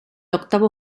octavo